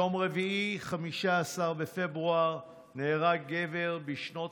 ביום רביעי 15 בפברואר נהרג גבר בשנות